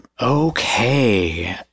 Okay